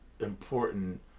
important